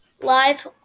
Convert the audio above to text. live